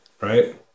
Right